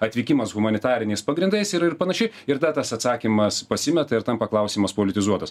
atvykimas humanitariniais pagrindais ir ir panašiai ir da tas atsakymas pasimeta ir tampa klausimas politizuotas